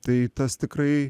tai tas tikrai